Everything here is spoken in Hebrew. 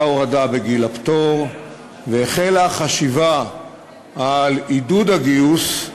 הורדה בגיל הפטור והחלה חשיבה על עידוד הגיוס,